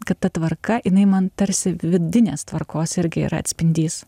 kad ta tvarka jinai man tarsi vidinės tvarkos irgi yra atspindys